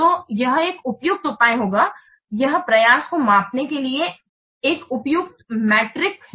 तो यह एक उपयुक्त उपाय होगा यह प्रयास को मापने के लिए एक उपयुक्त मीट्रिक है